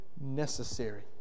necessary